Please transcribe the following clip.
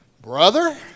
Brother